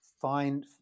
find